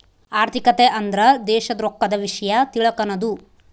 ಆರ್ಥಿಕತೆ ಅಂದ್ರ ದೇಶದ್ ರೊಕ್ಕದ ವಿಷ್ಯ ತಿಳಕನದು